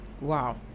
Wow